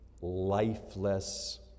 lifeless